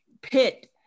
pit